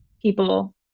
people